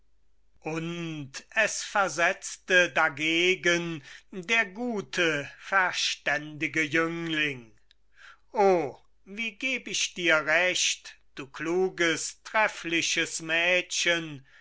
und es versetzte dagegen der gute verständige jüngling oh wie geb ich dir recht du kluges treffliches mädchen